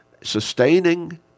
Sustaining